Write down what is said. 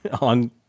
on